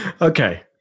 Okay